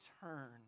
turn